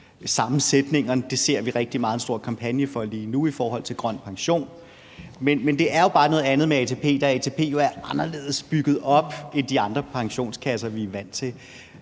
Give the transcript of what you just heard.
vi rigtig meget en stor kampagne for lige nu i forhold til grøn pension. Men det er bare noget andet med ATP, da ATP jo er anderledes bygget op end de andre pensionskasser, vi er vant til,